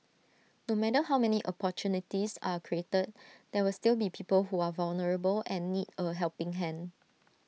no matter how many opportunities are created there will still be people who are vulnerable and need A helping hand